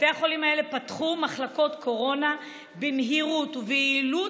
בתי החולים האלה פתחו מחלקות קורונה במהירות וביעילות,